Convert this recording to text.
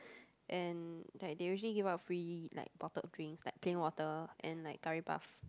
and like they usually give out free like bottled drinks like plain water and like curry puff